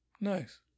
Nice